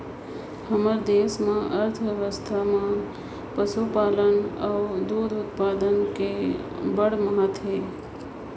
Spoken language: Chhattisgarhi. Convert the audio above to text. हमर देस कर अर्थबेवस्था में पसुपालन अउ दूद उत्पादन कर अब्बड़ महत अहे